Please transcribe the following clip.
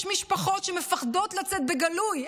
יש משפחות שמפחדות לצאת בגלוי,